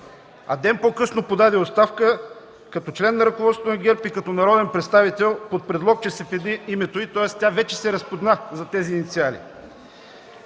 а ден по-късно подаде оставка като член на ръководството на ГЕРБ и като народен представител под предлог, че се петни името й. Тоест тя вече се разпозна зад тези инициали.